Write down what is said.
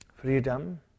Freedom